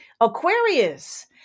Aquarius